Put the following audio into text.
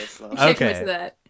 okay